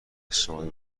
اجتماعی